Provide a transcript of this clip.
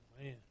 man